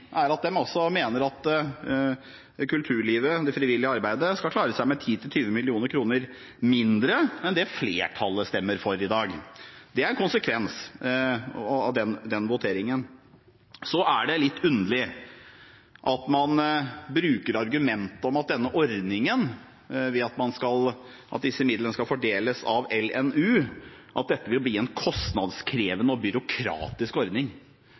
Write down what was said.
er at kulturlivet, det frivillige arbeidet, skal klare seg med 10–20 mill. kr mindre enn det flertallet stemmer for i dag. Det er konsekvensen av den voteringen. Så er det litt underlig at man bruker argumentet om at ordningen med at midlene skal fordeles av LNU, vil bli en kostnadskrevende og byråkratisk ordning.